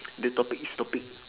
the topic is topic